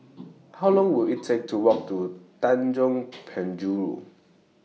How Long Will IT Take to Walk to Tanjong Penjuru